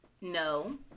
No